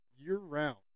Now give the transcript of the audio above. year-round